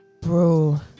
Bro